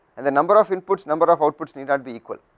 and the number of inputs, number of outputs need not be equal,